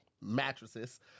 mattresses